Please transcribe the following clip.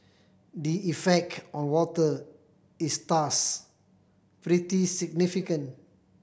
the effect on water is thus pretty significant